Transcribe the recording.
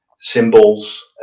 Symbols